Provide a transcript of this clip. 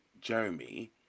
Jeremy